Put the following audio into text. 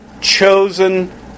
chosen